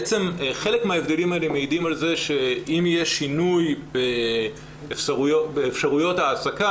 בעצם חלק מההבדלים האלה מעידים על כך שאם יהיה שינוי באפשרויות ההעסקה,